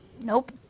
Nope